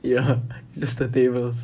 ya just the tables